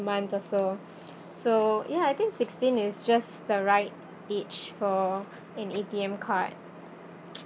month or so so ya I think sixteen is just the right age for an A_T_M card